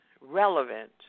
relevant